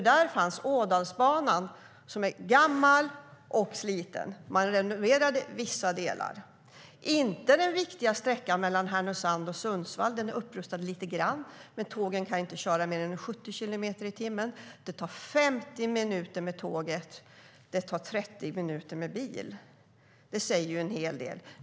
Där fanns Ådalsbanan, som var gammal och sliten, och man renoverade vissa delar. Den viktiga sträckan mellan Härnösand och Sundsvall rustade man upp lite grann, men tågen kan inte köra fortare än 70 kilometer i timmen. Det tar 50 minuter med tåget, och det tar 30 minuter med bil. Det säger en hel del.